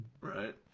right